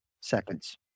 seconds